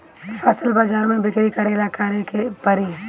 फसल बाजार मे बिक्री करेला का करेके परी?